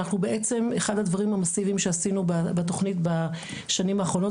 אנחנו בעצם אחד הדברים המאסיביים שעשינו בתכנית בשנים האחרונות